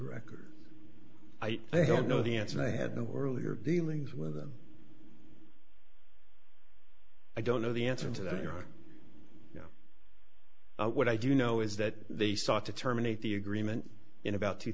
record i think i don't know the answer to have the earlier dealings with them i don't know the answer to that you know what i do know is that they sought to terminate the agreement in about two